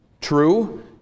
True